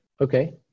okay